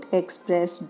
express